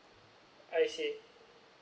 I see